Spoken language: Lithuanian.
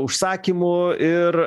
užsakymu ir